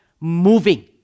moving